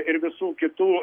ir visų kitų